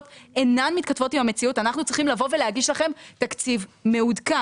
אינן מתכתבות עם המציאות אנחנו צריכים לבוא ולהגיש לכם תקציב מעודכן.